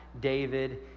David